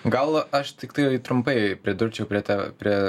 gal aš tiktai trumpai pridurčiau prie tai prie